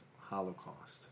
Holocaust